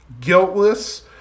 guiltless